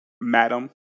Madam